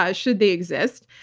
ah should they exist.